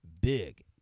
big